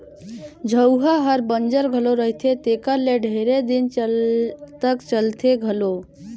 झउहा हर बंजर घलो रहथे तेकर ले ढेरे दिन तक चलथे घलो